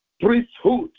priesthood